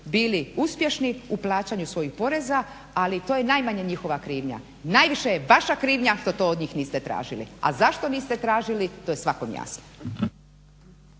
bili uspješni u plaćanju svojih poreza, ali to je najmanje njihova krivnja. Najviše je vaša krivnja što to od njih niste tražili. A zašto niste tražili to je svakom jasno.